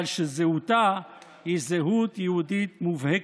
אבל שזהותה היא זהות יהודית מובהקת.